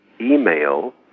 email